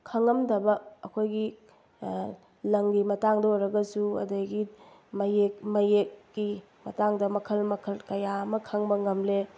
ꯈꯪꯉꯝꯗꯕ ꯑꯩꯈꯣꯏꯒꯤ ꯂꯪꯒꯤ ꯃꯇꯥꯡꯗ ꯑꯣꯏꯔꯒꯁꯨ ꯑꯗꯒꯤ ꯃꯌꯦꯛ ꯃꯌꯦꯛꯀꯤ ꯃꯇꯥꯡꯗ ꯃꯈꯜ ꯃꯈꯜ ꯃꯌꯥ ꯑꯃ ꯈꯪꯕ ꯉꯝꯂꯦ